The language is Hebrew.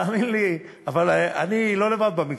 תאמין לי, אבל אני לא לבד במגרש.